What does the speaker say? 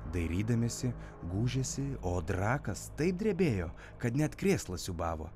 dairydamiesi gūžėsi o drakas taip drebėjo kad net krėslas siūbavo